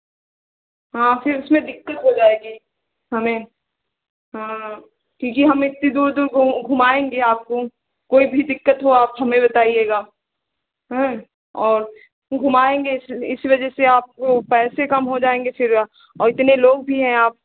हाँ फिर उसमें दिक्कत हो जाएगी हमें हाँ क्योंकि हम इतनी दूर दूर घु घुमाएँगे आपको कोई भी दिक्कत हो आप हमे बताइएगा और घुमाएँगे इस इस वजह से आपको पैसे कम हो जाएँगे फिर इतने लोग भी हैं आप